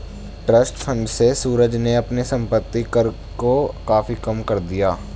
trust fund से सूरज ने अपने संपत्ति कर को काफी कम कर दिया